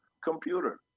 computer